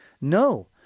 No